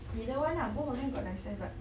either one lah both of them got license [what]